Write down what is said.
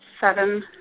seven